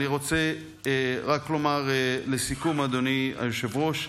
אני רוצה רק לומר לסיכום, אדוני היושב-ראש: